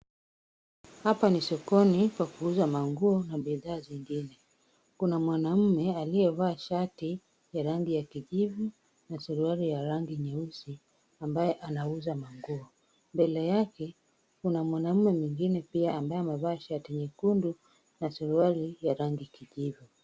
Hapa ni sokoni pa kuuza nguo na bidhaa zingine. Kuna mwanamume aliyevaa shati ya rangi ya kijivu na suruali ya rangi nyeusi ambaye anauza nguo. Mbele yake kuna mwanaume mwingine pia ambaye amevaa shati nyekundu na suruali ya rangi kijivu.